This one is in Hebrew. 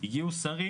ושרים